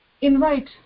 invite